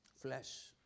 Flesh